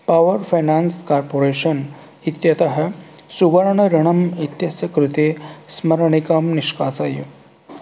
power finance corporation इत्यतः सुवर्णऋणम् इत्यस्य कृते स्मरणिकां निष्कासय